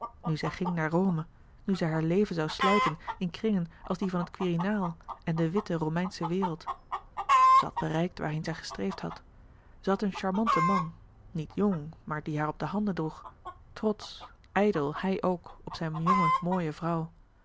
nu zij ging naar rome nu zij haar leven zoû slijten in kringen als die van het quirinaal en de witte romeinsche wereld zij had bereikt waarheen zij gestreefd had zij had een charmanten man niet jong maar die haar op de handen droeg trotsch ijdel hij ook op zijn jonge mooie vrouw